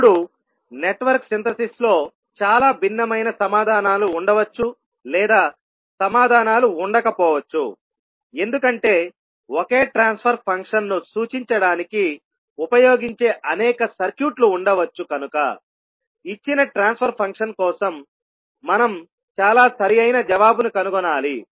ఇప్పుడు నెట్వర్క్ సింథసిస్లో చాలా భిన్నమైన సమాధానాలు ఉండవచ్చు లేదా సమాధానాలు ఉండకపోవచ్చు ఎందుకంటే ఒకే ట్రాన్స్ఫర్ ఫంక్షన్ను సూచించడానికి ఉపయోగించే అనేక సర్క్యూట్లు ఉండవచ్చు కనుక ఇచ్చిన ట్రాన్స్ఫర్ ఫంక్షన్ కోసం మనం చాలా సరి అయిన జవాబును కనుగొనాలి